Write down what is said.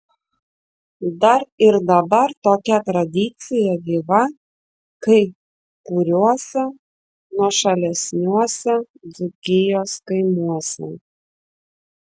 dar ir dabar tokia tradicija gyva kai kuriuose nuošalesniuose dzūkijos kaimuose